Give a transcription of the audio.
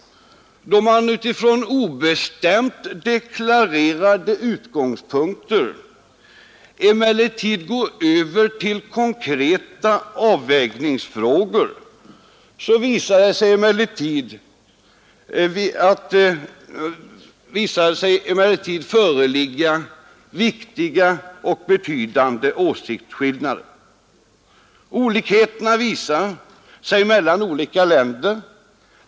Då man utifrån obestämt deklarade utgångspunkter går över till konkreta avvägningsfrågor visar det sig emellertid föreligga viktiga och betydande åsiktsskillnader. Olikheterna visar sig mellan olika länder.